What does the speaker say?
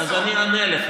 בוא תספר לנו,